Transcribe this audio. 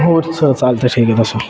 हो सर चालतं आहे ठीक आहे तसं